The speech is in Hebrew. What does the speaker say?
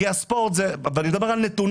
כי באמצעות הספורט ואני מדבר מנתונים,